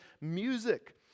music